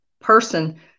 person